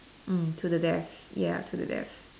mm to the death ya to the death